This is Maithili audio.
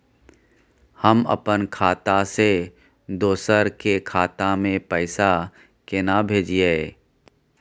हम अपन खाता से दोसर के खाता में पैसा केना भेजिए?